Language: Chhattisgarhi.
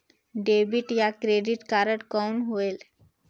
डेबिट या क्रेडिट कारड कौन होएल?